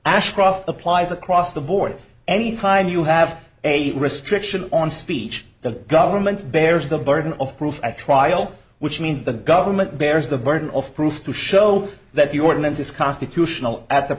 ashcroft applies across the board any time you have a restriction on speech the government bears the burden of proof at trial which means the government bears the burden of proof to show that the ordinance is constitutional at the